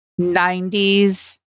90s